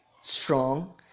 strong